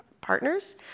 partners